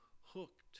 hooked